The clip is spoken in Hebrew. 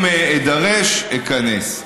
אם אידרש, איכנס.